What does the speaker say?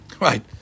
right